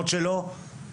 מה כן ומה לא.